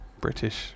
British